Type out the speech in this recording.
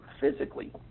physically